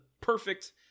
perfect